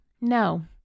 No